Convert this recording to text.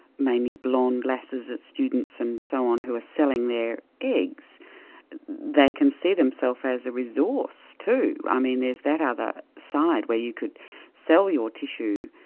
mainly blond lasses, students and so on, who are selling their eggs they can see themselves as a resource, too. i mean there's that other side where you could sell your tissue